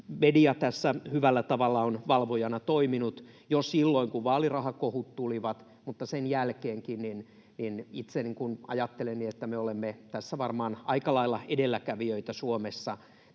Media tässä hyvällä tavalla on valvojana toiminut jo silloin, kun vaalirahakohut tulivat, mutta sen jälkeenkin. Itse ajattelen niin, että me olemme varmaan aika lailla edelläkävijöitä maailmassa